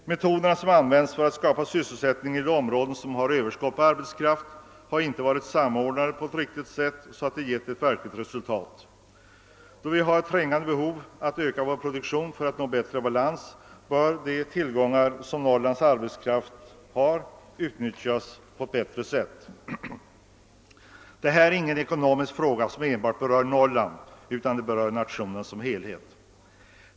De metoder som används för att skapa sysselsättning i de områden som har överskott på arbetskraft har inte varit samordnade på ett sådant sätt att de givit ett verkligt resultat. Då det föreligger trängande behov av en ökning av vår produktion för att nå en bättre balans, bör de tillgångar som Norrlands arbetskraft innebär utnyttjas på ett bättre sätt. Detta är en ekonomisk fråga som inte enbart berör Norrland utan också nationen som helhet.